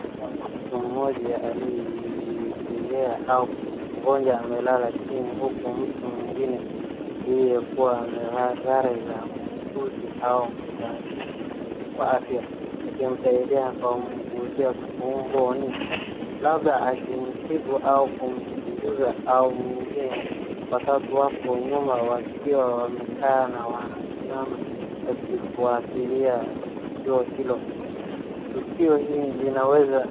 Picha ya mtu mmoja aliyejengea au mgonjwa amelala chini huku mtu mwingine aliyekuwa amevaa sare za muuguzi au msaidizi wa afya. Akimsaidia kwa kumguzia tumboni. Labda akimtibu au kumfuguza au mwingine watatu wapo nyuma wakiwa wamekaa na wanasimama wakifuatilia tukio hilo. Tukio hili linaweza...